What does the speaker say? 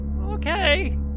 Okay